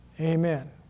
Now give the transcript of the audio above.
Amen